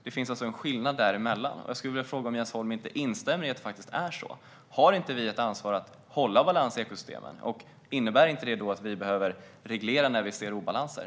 Det finns alltså en skillnad däremellan. Jag skulle vilja fråga om inte Jens Holm instämmer i att vi har ett ansvar för att hålla balans i ekosystemen. Innebär det då inte att vi behöver reglera när vi ser obalanser?